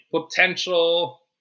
potential